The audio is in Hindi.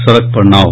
सड़क पर नाव